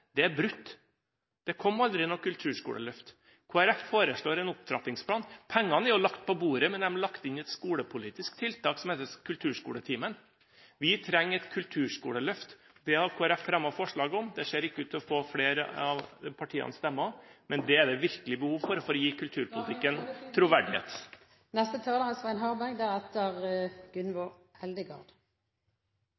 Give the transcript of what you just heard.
brutt. Det kom aldri noe kulturskoleløft. Kristelig Folkeparti foreslår en opptrappingsplan. Pengene er lagt på bordet, men de er lagt inn i et skolepolitisk tiltak som heter kulturskoletimen. Vi trenger et kulturskoleløft. Det har Kristelig Folkeparti fremmet forslag om. Det ser ikke ut til å få flere av partienes stemmer, men det er det virkelig behov for å gi kulturpolitikken troverdighet. Da er